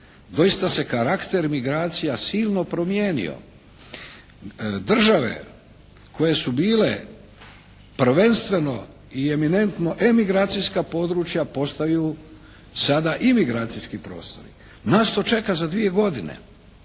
Doista se karakter migracija silno promijenio. Države koje su bile prvenstveno i eminentno emigracijska područja postaju sada imigracijski prostor. Nas to čeka za dvije godine.